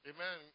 Amen